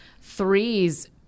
threes